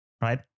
right